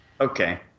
okay